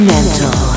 Mental